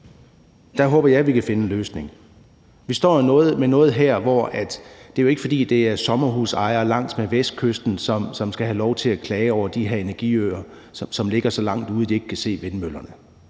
håber jeg, at vi kan finde en løsning. Vi står med noget her, hvor det jo ikke er, fordi det er sommerhusejere langs med Vestkysten, som skal have lov til at klage over de her energiøer, som ligger så langt ude, at de ikke kan se vindmøllerne.